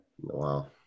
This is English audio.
Wow